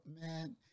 man